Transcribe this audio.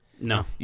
No